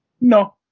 No